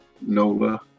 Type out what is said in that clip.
NOLA